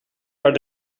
haar